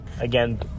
again